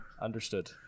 Understood